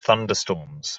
thunderstorms